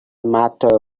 matter